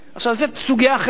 עכשיו, זאת סוגיה אחרת,